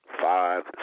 five